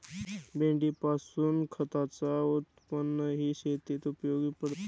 मेंढीपासून खताच उत्पन्नही शेतीत उपयोगी पडते